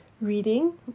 reading